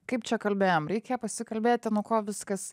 kaip čia kalbėjom reikia pasikalbėti nuo ko viskas